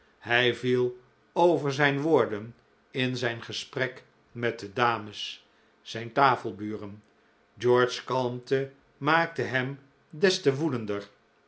hij viel over zijn woorden in zijn gesprek met de dames zijn tafelburen george's kalmte maakte hem des te woedender